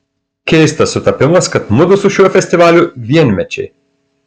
keistas sutapimas kad mudu su šiuo festivaliu vienmečiai